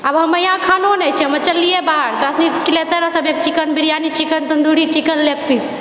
आब हमे यहाँ खानो नहि छै चललिऐ बाहर तोरा सुनि chicken biryani chicken tandoori chicken leg पीस